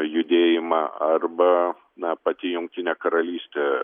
judėjimą arba na pati jungtinė karalystė